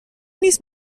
نیست